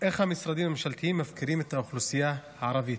איך המשרדים הממשלתיים מפקירים את האוכלוסייה הערבית,